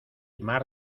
mar